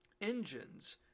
engines